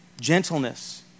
Gentleness